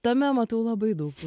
tame matau labai daug